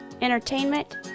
entertainment